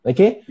Okay